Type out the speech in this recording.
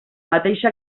mateixa